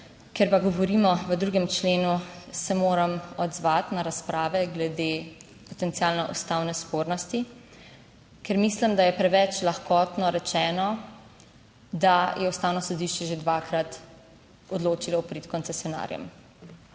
Ker pa govorimo o 2. členu, se moram odzvati na razprave glede potencialno ustavne spornosti, ker mislim, da je preveč lahkotno rečeno, da je Ustavno sodišče že dvakrat odločilo v prid koncesionarjem.